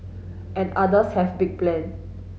and others have big plan